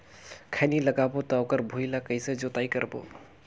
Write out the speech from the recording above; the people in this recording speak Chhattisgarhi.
खैनी लगाबो ता ओकर भुईं ला कइसे जोताई करबो?